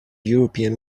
european